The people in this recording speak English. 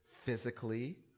physically